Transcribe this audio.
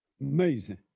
Amazing